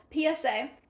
PSA